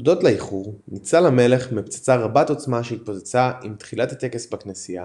הודות לאיחור ניצל המלך מפצצה רבת עוצמה שהתפוצצה עם תחילת הטקס בכנסייה